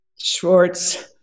Schwartz